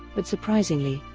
but surprisingly,